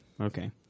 okay